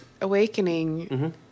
Awakening